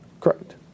Correct